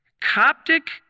Coptic